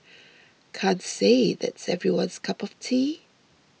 can't say that's everyone's cup of tea